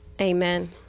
Amen